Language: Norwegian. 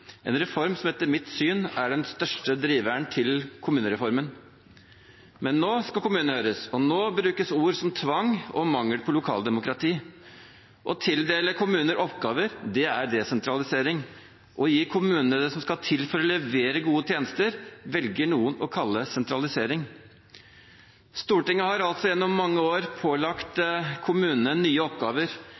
en reform som etter mitt syn er den største driveren til kommunereformen. Men nå skal kommunene høres, og nå brukes ord som tvang og mangel på lokaldemokrati. Å tildele kommuner oppgaver er desentralisering. Å gi kommunene det som skal til for å levere gode tjenester, velger noen å kalle sentralisering. Stortinget har altså gjennom mange år pålagt kommunene nye oppgaver,